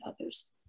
others